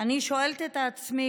אני שואלת את עצמי,